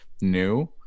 new